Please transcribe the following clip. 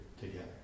together